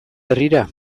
herrira